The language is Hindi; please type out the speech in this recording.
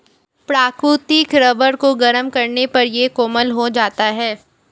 प्राकृतिक रबर को गरम करने पर यह कोमल हो जाता है